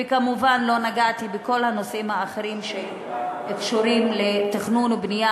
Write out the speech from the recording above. וכמובן לא נגעתי בכל הנושאים האחרים שקשורים לתכנון ובנייה,